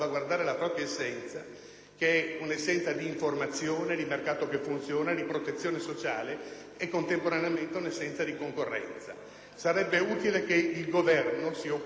che è essenza di informazione, di mercato che funziona, di protezione sociale e, contemporaneamente, di concorrenza. Sarebbe utile che il Governo se ne occupasse adesso,